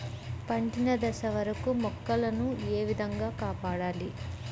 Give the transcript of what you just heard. పండిన దశ వరకు మొక్కల ను ఏ విధంగా కాపాడాలి?